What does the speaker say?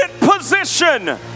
position